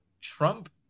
Trump